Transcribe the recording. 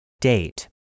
Date